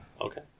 Okay